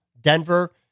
Denver